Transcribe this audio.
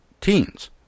teens